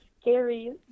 scary